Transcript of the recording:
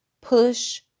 push